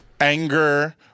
anger